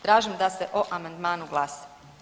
Tražim da se o amandmanu glasa.